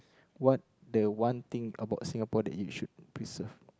what the one thing about Singapore that you should preserve